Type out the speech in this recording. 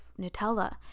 Nutella